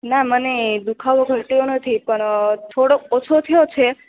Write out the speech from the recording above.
ના મને દુખાવો ઘટ્યો નથી પણ થોડો ઓછો થયો છે